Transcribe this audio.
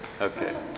okay